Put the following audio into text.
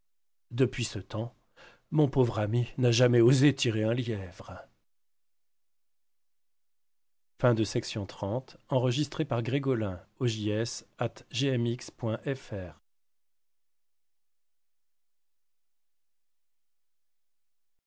depuis ce temps mon pauvre ami n'a jamais osé tirer un lièvre